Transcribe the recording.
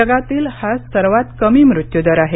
जगातील हा सर्वांत कमी मृत्यूदर आहे